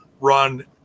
run